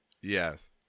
Yes